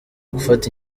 gufata